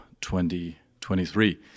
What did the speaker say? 2023